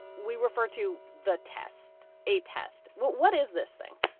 we refer to the test. a test? what what is this thing?